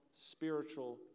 spiritual